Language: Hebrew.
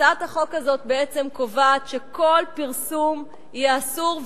הצעת החוק הזאת בעצם קובעת שכל פרסום יהיה אסור,